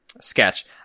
sketch